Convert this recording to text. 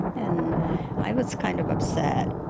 and i was kind of upset.